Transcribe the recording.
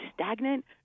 stagnant